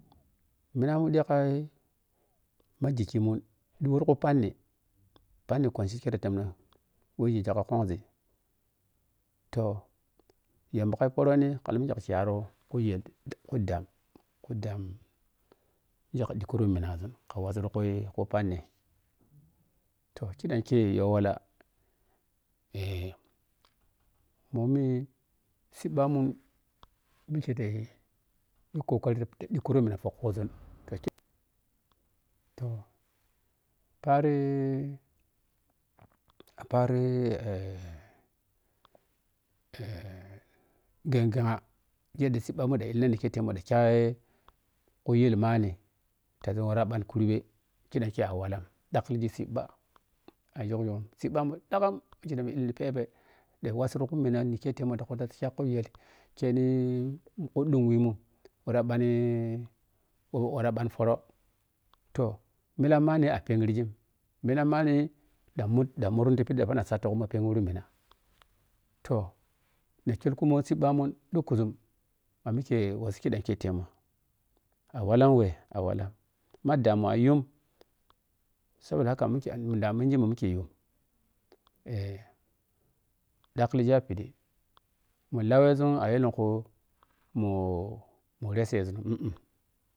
Minamu ɗhikai ma gigykimun ɗuwir ku panni phanni kwaneh kherei temmeh ti kwukkɔȝin toh yamba ka phoroni ke alla kamikye ka kyaru kujel ku ɗaam kudam mikye ka ɗhi kuro minaȝun ka wasiinghi pema toh khiɗam kye yu walla eh momi sitbbamun mikye te yi kokari ta ɗhikhumina pho ȝun toh paari paari eh ghegghegha keɗe siibhamu ɗan illina ɗan kuete mun ɗan kyei kuyei manni ta phe wara phanni kuɓe khiɗam kei a wallam ɗhakklighi siibha a yhukyhuk siihɓamun ɗhagham mikye ti dhighi tisighi ti phebhe ɗan wasuririghu kumina ni kyetom ga saa khughel kyeni kuɗhuwɔmun wɔra phanni koh wara bhani pooro toh millan manni a pheghirigi mallan manni nɗan mu ɗan muriti phiɗi ɗan phanag saatu kuma phen ghiri minnah na kher kummoh sii nba mun ɗhu kuȝun mamiky wasii ghenghena ketemawa ta wɛ awallan ma ɗamuayhug sabodahaka mikyemun da mengi ma mikye yun eh hakhillighi ya phiɗi mullawgun a clɛnkhu.